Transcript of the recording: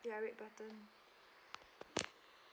ya red button